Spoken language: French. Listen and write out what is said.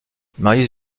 marius